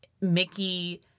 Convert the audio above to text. Mickey